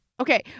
Okay